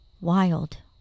Wild